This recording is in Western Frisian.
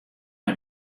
mei